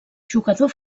jugador